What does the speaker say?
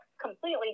completely